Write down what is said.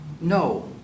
No